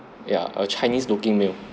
ya a chinese looking male